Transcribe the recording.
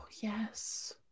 yes